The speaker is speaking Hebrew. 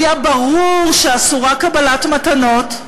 היה ברור שאסורה קבלת מתנות,